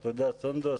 אז תודה, סונדוס.